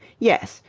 yes.